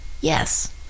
yes